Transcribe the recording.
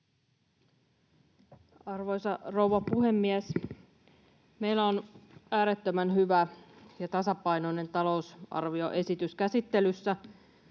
Arvoisa rouva puhemies! Meillä on äärettömän hyvä ja tasapainoinen talousarvioesitys käsittelyssä